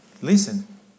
Listen